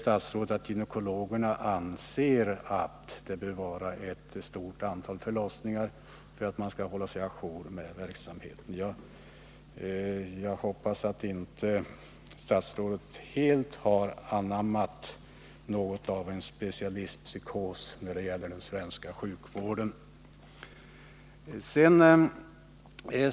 Statsrådet säger att gynekologerna anser att det bör vara ett stort antal förlossningar för att personalen skall kunna hålla sig å jour med utvecklingen, men jag hoppas att statsrådet inte helt har anammat den specialistpsykos som ibland råder när det gäller den svenska sjukvården.